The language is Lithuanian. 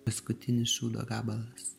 paskutinis šūdo gabalas